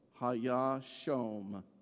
Hayashom